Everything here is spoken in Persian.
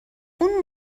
اون